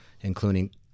including